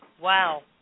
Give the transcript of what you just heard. Wow